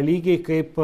lygiai kaip